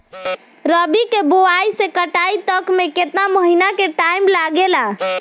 रबी के बोआइ से कटाई तक मे केतना महिना के टाइम लागेला?